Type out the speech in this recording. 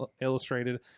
Illustrated